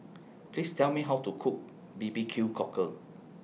Please Tell Me How to Cook B B Q Cockle